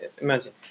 Imagine